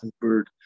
bird